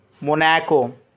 Monaco